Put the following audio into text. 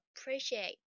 appreciate